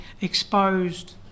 exposed